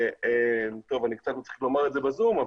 צריך לומר את זה ב-זום.